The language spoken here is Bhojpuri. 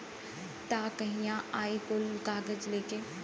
तब कहिया आई कुल कागज़ लेके?